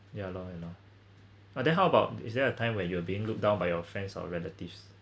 ya lor ya lor but then how about is there a time where you're being looked down by your friends or relatives